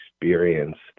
experienced